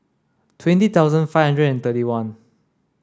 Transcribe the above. twenty thousand five hundred and thirty one